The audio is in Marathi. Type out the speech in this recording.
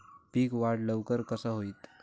पीक वाढ लवकर कसा होईत?